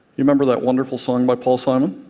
you remember that wonderful song by paul simon?